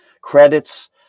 credits